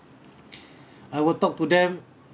I will talk to them